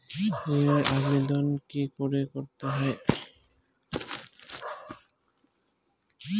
ঋণের আবেদন কি করে করতে হয়?